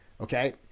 okay